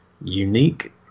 unique